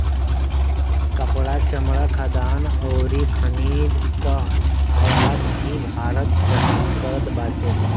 कपड़ा, चमड़ा, खाद्यान अउरी खनिज कअ आयात भी भारत करत बाटे